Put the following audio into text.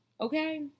Okay